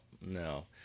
no